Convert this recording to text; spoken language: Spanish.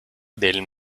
del